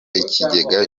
ikigega